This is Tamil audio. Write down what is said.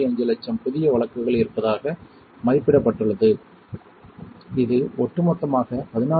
5 லட்சம் புதிய வழக்குகள் இருப்பதாக மதிப்பிடப்பட்டுள்ளது இது ஒட்டுமொத்தமாக 14